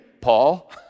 Paul